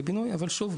אבל שוב,